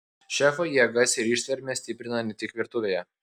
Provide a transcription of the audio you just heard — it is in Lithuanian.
šefai jėgas ir ištvermę stiprina ne tik virtuvėje